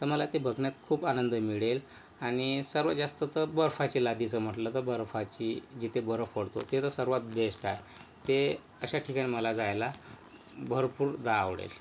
तर मला ते बघण्यात खूप आनंद मिळेल आणि सर्वात जास्त तर बर्फाची लादीचं म्हटलं तर बर्फाची जिथे बर्फ पडतो ते तर सर्वात बेस्ट आहे ते अशा ठिकाणी मला जायला भरपूरदा आवडेल